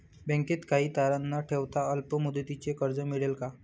बँकेत काही तारण न ठेवता अल्प मुदतीचे कर्ज मिळेल का?